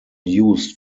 used